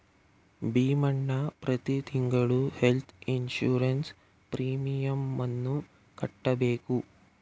ಭೀಮಣ್ಣ ಪ್ರತಿ ತಿಂಗಳು health insurance ಪ್ರೀಮಿಯಮನ್ನು ಕಟ್ಟಬೇಕು